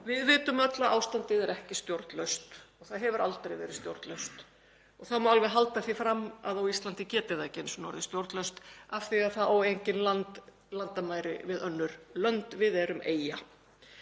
Við vitum öll að ástandið er ekki stjórnlaust. Það hefur aldrei verið stjórnlaust. Það má alveg halda því fram að á Íslandi geti það ekki einu sinni orðið stjórnlaust af því að landið á engin landamæri við önnur lönd, við erum eyja.